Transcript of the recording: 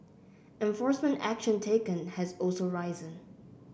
enforcement action taken has also risen